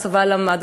הצבא למד,